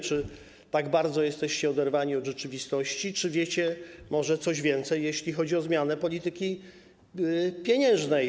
Czy tak bardzo jesteście oderwani od rzeczywistości, czy wiecie może coś więcej, jeśli chodzi o zmianę polskiej polityki pieniężnej?